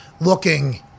looking